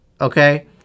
Okay